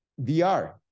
VR